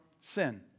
sin